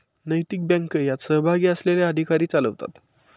नैतिक बँक यात सहभागी असलेले अधिकारी चालवतात